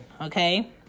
okay